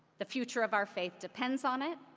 the future of our faith depends on it,